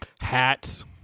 Hats